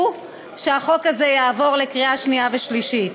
שהחוק הזה יעבור לקריאה שנייה ושלישית,